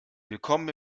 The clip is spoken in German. willkommen